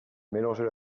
mélanger